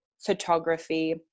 photography